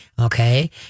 Okay